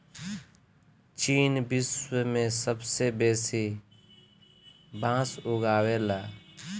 चीन विश्व में सबसे बेसी बांस उगावेला